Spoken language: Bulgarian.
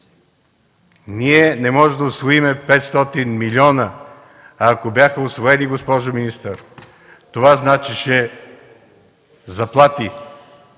ние не можем да усвоим 500 милиона! Ако бяха усвоени, госпожо министър, това означаваше заплати,